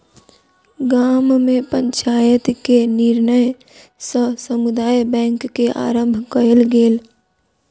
गाम में पंचायत के निर्णय सॅ समुदाय बैंक के आरम्भ कयल गेल